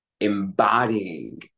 embodying